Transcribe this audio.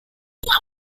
while